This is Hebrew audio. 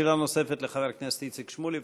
שאלה נוספת לחבר הכנסת איציק שמולי.